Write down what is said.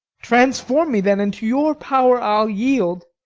transform me, then, and to your pow'r i'll yield.